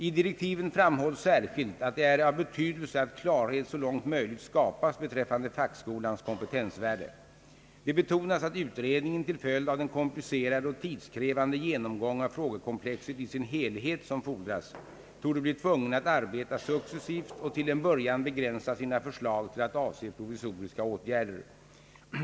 I direktiven framhålls särskilt att det är av betydelse att klarhet så långt möjligt skapas beträffande fackskolans kompetensvärde. Det betonas att utredningen, till följd av den komplicerade och tidskrävande genomgång av frågekomplexet i sin helhet som fordras, torde bli tvungen att arbeta successivt och till en början begränsa sina förslag till att avse provisoriska åtgärder.